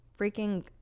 freaking